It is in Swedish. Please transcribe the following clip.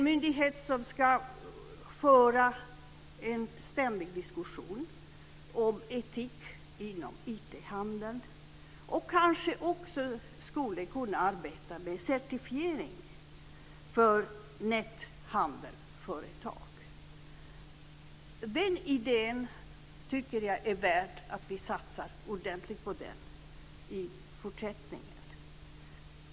Myndigheten ska föra en ständig diskussion om etik inom IT handeln och skulle kanske också kunna arbeta med certifiering för näthandelsföretag. Jag tycker att det är värt att vi satsar ordentligt på den idén i fortsättningen.